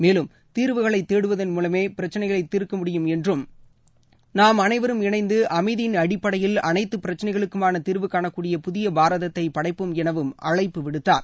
மேலும் தீர்வுகளை தேடுவதன் மூலமே பிரச்சினைகளை தீர்க்க முடியும் என்றும் நாம் அனைவரும் இணைந்து அமைதியின் அடிப்படையில் அனைத்து பிரச்சினைகளுக்கான தீர்வு காணக்கூடிய புதிய பாரதத்தை படைப்போம் எனவும் அழைப்பு விடுத்தார்